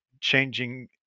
changing